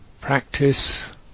practice